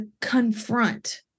Confront